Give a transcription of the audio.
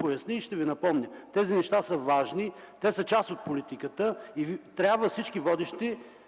поясня и ще Ви напомня. Тези неща са важни, те са част от политиката и всички водещи